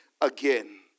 again